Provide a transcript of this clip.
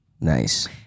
Nice